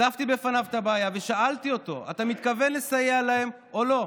הצפתי בפניו את הבעיה ושאלתי אותו: אתה מתכוון לסייע להם או לא?